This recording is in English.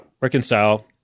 reconcile